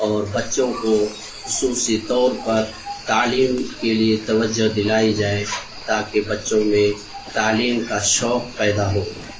اور بچوں کو خصوصی طور پر تعلیم کے لیے توجہ دلائی جائے تاکہ بچوں میں تعلیم کا شوق پیدا ہو